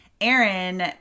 Aaron